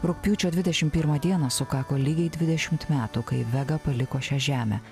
rugpjūčio dvidešimt pirmą dieną sukako lygiai dvidešimt metų kai vega paliko šią žemę